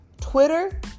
Twitter